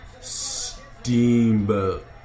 Steamboat